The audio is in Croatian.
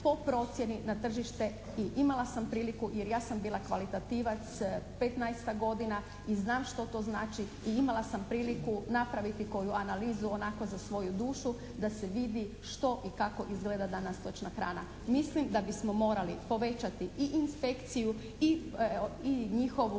po procjeni na tržište i imala sam priliku jer ja sam bila kvalitativac 15-tak godina i znam što to znači i imala sam priliku napraviti koju analizu onako za svoju dušu da se vidi što i kako izgleda danas stočna hrana. Mislim da bismo morali povećati i inspekciju i njihove